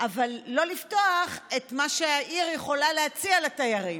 אבל לא לפתוח את מה שהעיר יכולה להציע לתיירים,